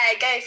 go